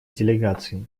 делегаций